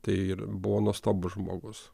tai ir buvo nuostabus žmogus